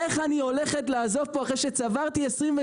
איך אני הולכת לעזוב פה אחרי שצברתי 28